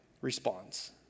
responds